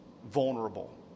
Vulnerable